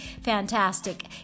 fantastic